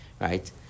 right